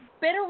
better